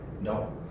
no